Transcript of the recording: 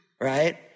right